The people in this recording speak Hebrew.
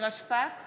נירה שפק,